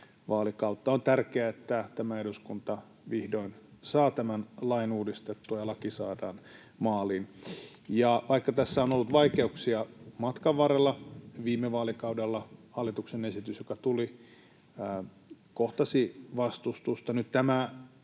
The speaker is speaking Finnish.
On tärkeää, että tämä eduskunta vihdoin saa tämän lain uudistettua ja laki saadaan maaliin, vaikka tässä on ollut vaikeuksia matkan varrella. Viime vaalikaudella hallituksen esitys, joka tuli, kohtasi vastustusta.